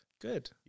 Good